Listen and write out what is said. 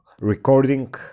recording